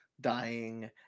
dying